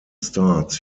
starts